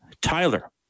Tyler